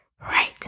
Right